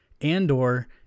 Andor